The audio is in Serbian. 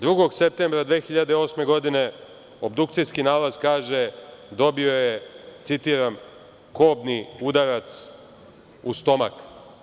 Drugog septembra 2008. godine obdukcijski nalaz kaže – dobio je, citiram, kobni udarac u stomak.